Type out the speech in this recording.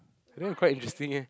I know quite interesting eh